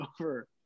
over